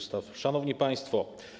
Szanowni Państwo!